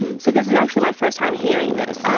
so this is actually my first time hearing this